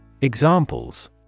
Examples